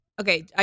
Okay